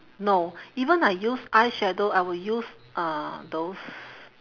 no even I use eyeshadow I will use uh those